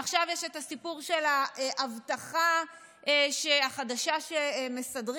עכשיו יש את הסיפור של האבטחה החדשה שמסדרים